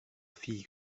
filles